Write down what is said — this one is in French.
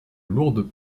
lourdes